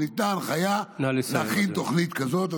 וניתנה הנחיה להכין תוכנית כזאת.